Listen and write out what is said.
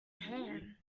tan